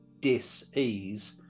dis-ease